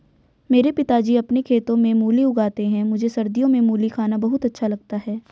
मेरे पिताजी अपने खेतों में मूली उगाते हैं मुझे सर्दियों में मूली खाना बहुत अच्छा लगता है